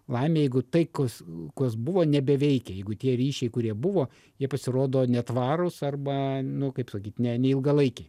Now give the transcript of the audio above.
laimę jeigu tai kas buvo nebeveikia jeigu tie ryšiai kurie buvo jie pasirodo netvarūs arba nu kaip sakyt ne neilgalaikiai